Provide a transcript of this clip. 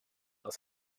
aus